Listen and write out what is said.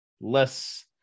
less